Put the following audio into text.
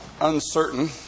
uncertain